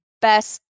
best